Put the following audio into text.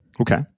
Okay